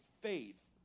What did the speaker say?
faith